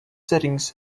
settings